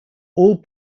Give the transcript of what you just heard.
all